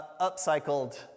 upcycled